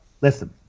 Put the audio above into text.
listen